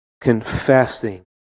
confessing